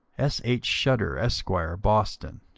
s h. scudder, esq, boston.